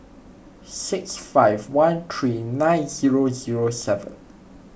six five one three nine zero zero seven